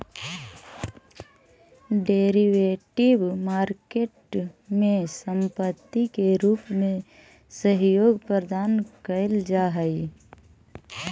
derivative market में संपत्ति के रूप में सहयोग प्रदान कैल जा हइ